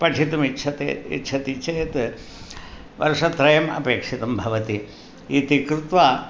पठितुमिच्छते इच्छति चेत् वर्षत्रयम् अपेक्षितं भवति इति कृत्वा